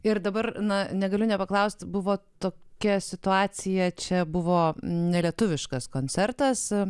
ir dabar na negaliu nepaklausti buvo tokia situacija čia buvo ne lietuviškas koncertas